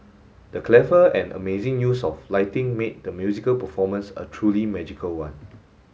the clever and amazing use of lighting made the musical performance a truly magical one